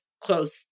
close